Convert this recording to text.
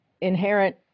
inherent